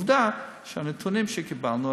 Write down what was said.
עובדה שהנתונים שקיבלנו